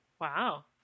Wow